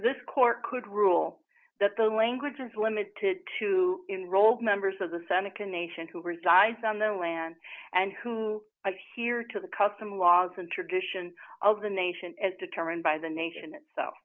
this court could rule that the language is limited to enroll members of the seneca nation who resides on the land and who adhere to the custom laws and tradition of the nation as determined by the nation itself